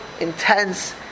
intense